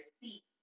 seats